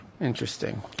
Interesting